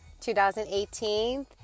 2018